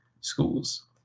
schools